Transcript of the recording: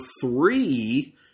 three